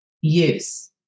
use